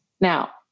Now